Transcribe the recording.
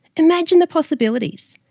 imagine the possibilities!